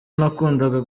nakundaga